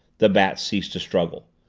the bat ceased to struggle.